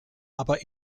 aber